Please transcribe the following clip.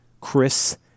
Chris